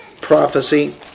prophecy